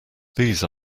these